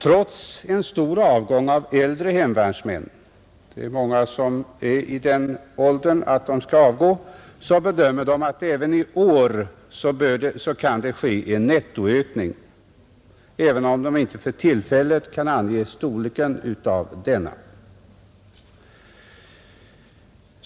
Trots stor avgång av äldre hemvärnsmän — många har uppnått den ålder då de måste avgå — bedöms även i år ske en nettoökning, även om dess storlek för tillfället inte kan anges.